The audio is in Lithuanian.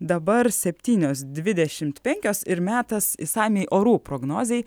dabar septynios dvidešimt penkios ir metas išsamiai orų prognozei